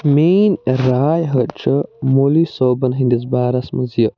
میٲنۍ راے حظ چھِ مولی صٲبن ہِنٛدِس بارس منٛز یہِ